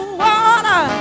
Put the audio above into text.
water